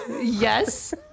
yes